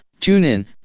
TuneIn